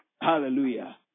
Hallelujah